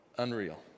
Unreal